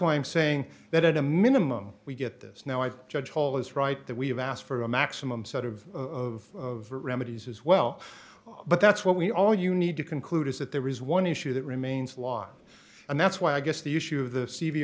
why i'm saying that at a minimum we get this now i've judged all is right that we have asked for a maximum set of of remedies as well but that's what we all you need to conclude is that there is one issue that remains the law and that's why i guess the issue of the